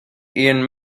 ian